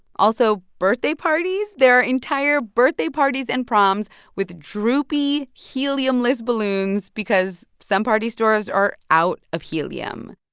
also, birthday parties there are entire birthday parties and proms with droopy heliumless balloons because some party stores are out of helium